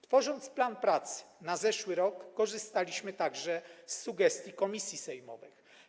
Tworząc plan pracy na zeszły rok, korzystaliśmy także z sugestii komisji sejmowych.